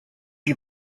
you